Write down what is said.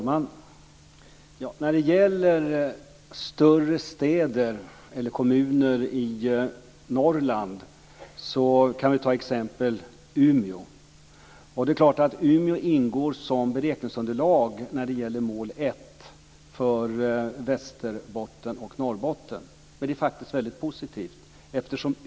Herr talman! Som exempel på större städer eller kommuner i Norrland kan vi ta Umeå. Umeå ingår som beräkningsunderlag när det gäller mål 1 för Västerbotten och Norrbotten, och det är faktiskt väldigt positivt.